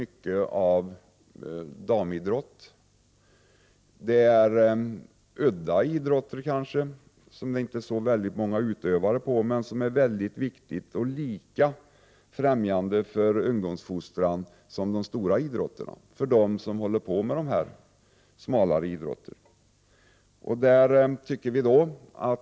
Det är kanske också fråga om udda idrotter som inte har så många utövare, men som är mycket viktiga och främjar ungdomsuppfostran på samma sätt som de stora idrotterna.